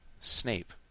Snape